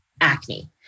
acne